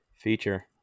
feature